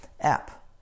app